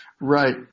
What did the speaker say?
right